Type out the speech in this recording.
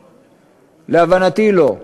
להבנתי, לא.